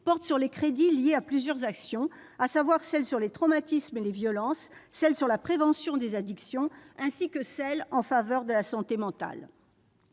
porte sur les crédits liés à plusieurs actions, à savoir celle sur les traumatismes et les violences, celle sur la prévention des addictions, ainsi que celle en faveur de la santé mentale